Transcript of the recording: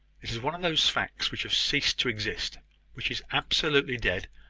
it is one of those facts which have ceased to exist which is absolutely dead,